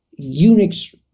Unix